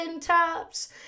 tops